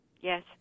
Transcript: Yes